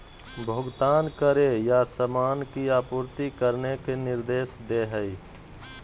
भुगतान करे या सामान की आपूर्ति करने के निर्देश दे हइ